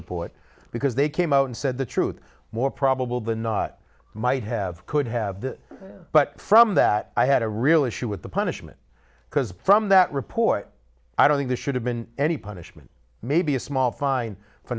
report because they came out and said the truth more probable than not might have could have that but from that i had a real issue with the punishment because from that report i don't think he should have been any punished maybe a small fine for